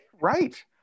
right